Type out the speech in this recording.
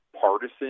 partisan